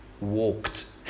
walked